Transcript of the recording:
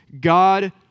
God